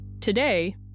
Today